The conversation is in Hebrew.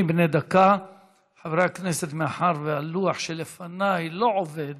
בתנאי עבודה של עובד